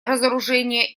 разоружения